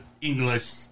English